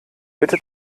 bitte